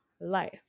life